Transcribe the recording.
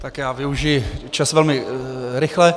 Tak já využiji čas velmi rychle.